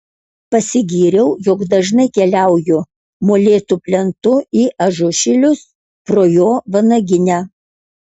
pasigyriau jog dažnai keliauju molėtų plentu į ažušilius pro jo vanaginę